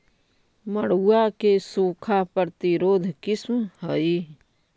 मड़ुआ के सूखा प्रतिरोधी किस्म हई?